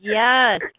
Yes